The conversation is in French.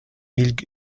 mille